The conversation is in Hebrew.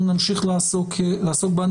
אנחנו נמשיך לעסוק בה.